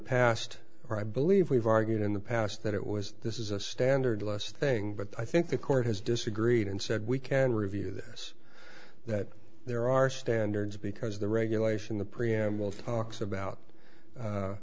or i believe we've argued in the past that it was this is a standard less thing but i think the court has disagreed and said we can review this that there are standards because the regulation the preamble talks about